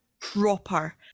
proper